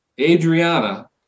Adriana